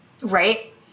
Right